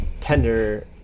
tender